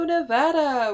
Nevada